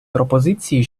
пропозиції